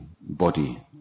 body